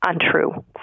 untrue